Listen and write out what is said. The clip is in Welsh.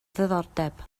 diddordeb